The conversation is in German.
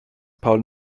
paul